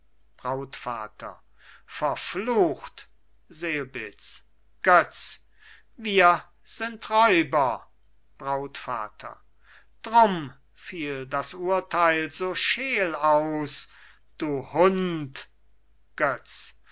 brautvater verflucht selbitz götz wir sind räuber brautvater drum fiel das urteil so scheel aus du hund